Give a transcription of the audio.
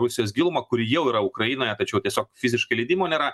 rusijos gilumą kur jau yra ukrainoje tačiau tiesiog fiziškai leidimo nėra